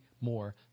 more